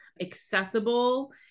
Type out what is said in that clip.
accessible